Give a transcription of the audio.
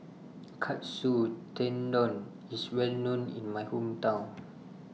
Katsu Tendon IS Well known in My Hometown